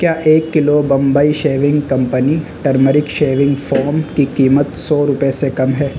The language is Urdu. کیا ایک kilo Bombay shaving company turmeric shaving foam کی قیمت سو روپے سے کم ہے